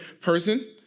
person